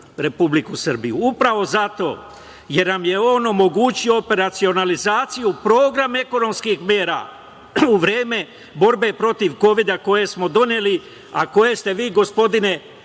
Republiku Srbiju? Upravo zato jer nam je on omogućio operacionalizaciju, program ekonomskih mera u vreme borbe protiv Kovida koje smo doneli, a koje ste vi gospodine